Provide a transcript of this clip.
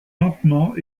lentement